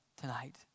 tonight